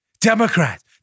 Democrats